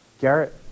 Garrett